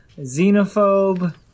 xenophobe